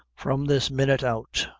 from this minute out.